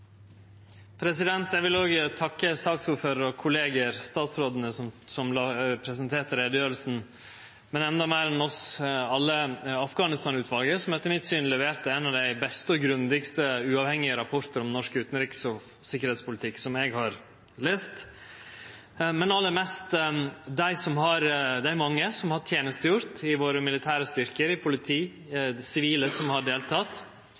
Eg vil òg takke saksordføraren og kollegaer, og statsrådene som presenterte utgreiinga. Endå meir enn oss alle vil eg takke Afghanistan-utvalet, som etter mitt syn leverte ein av dei beste og grundigaste uavhengige rapportar om norsk utanriks- og sikkerheitspolitikk som eg har lest. Men aller mest takk til dei mange som har tenestegjort i våre militære styrkar, i politi, sivile som har